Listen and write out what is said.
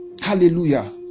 Hallelujah